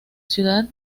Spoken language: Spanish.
ciudad